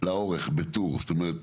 לאורך בטור, זאת אומרת